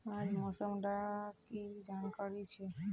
आज मौसम डा की जानकारी छै?